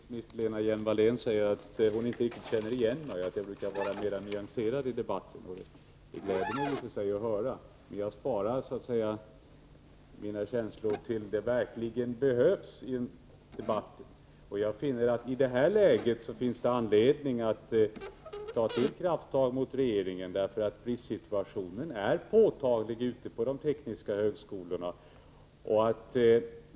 Herr talman! Utbildningsminister Lena Hjelm-Wallén säger att hon inte riktigt känner igen mig och att jag brukar vara mera nyanserad i debatten. Det gläder mig i och för sig att höra, men jag sparar mina känslor så att säga tills de verkligen behövs i en debatt, och jag finner att det i det här läget finns anledning att ta till krafttag mot regeringen. Bristsituationen är nämligen påtaglig ute på de tekniska högskolorna.